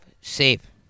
safe